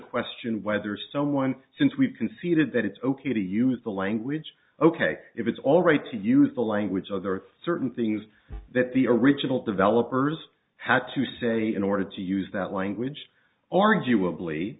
question whether someone since we've conceded that it's ok to use the language ok if it's alright to use the language so there are certain things that the original developers had to say in order to use that language arguably